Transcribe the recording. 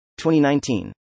2019